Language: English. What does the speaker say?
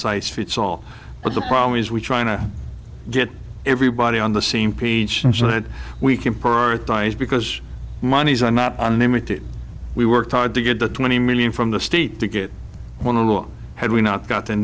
size fits all but the problem is we're trying to get everybody on the same page and so that we can prioritize because monies are not unlimited we worked hard to get the twenty million from the state to get one or had we not gotten